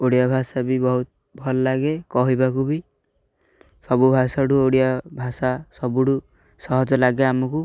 ଓଡ଼ିଆ ଭାଷା ବି ବହୁତ ଭଲ ଲାଗେ କହିବାକୁ ବି ସବୁ ଭାଷାଠୁ ଓଡ଼ିଆ ଭାଷା ସବୁଠୁ ସହଜ ଲାଗେ ଆମକୁ